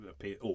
appear